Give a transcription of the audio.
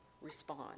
Respond